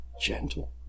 gentle